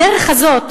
בדרך הזאת,